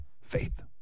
faith